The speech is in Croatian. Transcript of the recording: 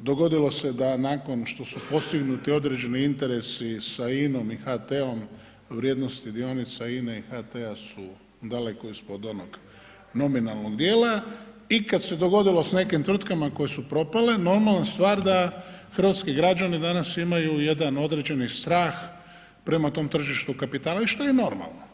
dogodilo se da nakon što su postignuti određeni interesi sa INA-om i HT-om vrijednosti dionica INA-e i HT-a su daleko ispod onog nominalnog dijela i kada se dogodilo s nekim tvrtkama koje su propale, normalna stvar da hrvatski građani imaju jedan određeni strah prema tom tržištu kapitala što je i normalno.